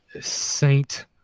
Saint